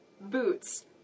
Boots